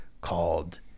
called